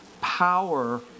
power